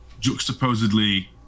juxtaposedly